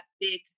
big